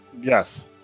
Yes